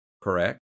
Correct